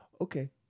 Okay